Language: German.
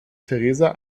theresa